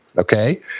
Okay